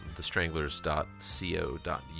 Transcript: TheStranglers.co.uk